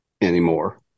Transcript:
anymore